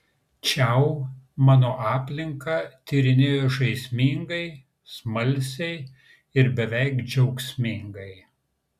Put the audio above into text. čiau mano aplinką tyrinėjo žaismingai smalsiai ir beveik džiaugsmingai